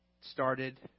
started